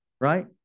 right